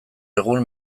egun